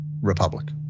republic